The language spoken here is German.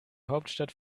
hauptstadt